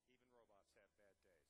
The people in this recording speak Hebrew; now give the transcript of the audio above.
כי חבר הכנסת איציק שמולי ביקש להסיר